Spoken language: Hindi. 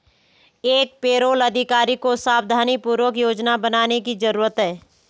एक पेरोल अधिकारी को सावधानीपूर्वक योजना बनाने की जरूरत है